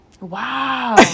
Wow